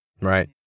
Right